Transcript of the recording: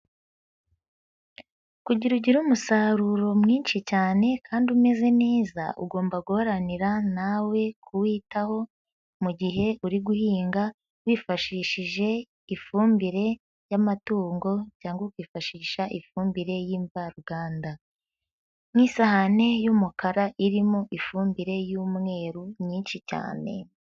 Kugira ugire umusaruro mwinshi cyane kandi umeze neza ugomba guharanira nawe kuwitaho mu gihe uri guhinga wifashishije ifumbire y'amatungo cyangwa ukifashisha ifumbire y'imvaruganda, nk'isahane y'umukara irimo ifumbire y'umweru nyinshi cyane.